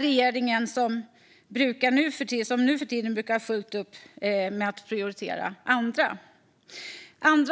Regeringen har nämligen fullt upp med att prioritera andra